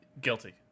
guilty